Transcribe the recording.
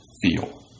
feel